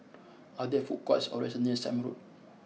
are there food courts or restaurants near Sime Road